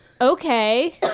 Okay